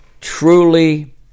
truly